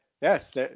Yes